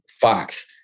Fox